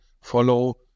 follow